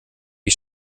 wie